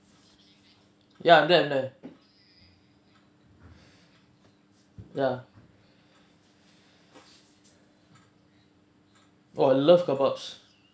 ya that that ya oh I love kebabs